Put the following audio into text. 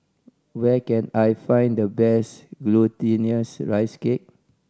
where can I find the best Glutinous Rice Cake